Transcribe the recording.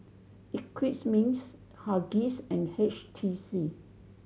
Eclipse Mints Huggies and H T C